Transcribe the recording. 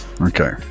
Okay